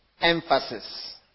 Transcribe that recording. emphasis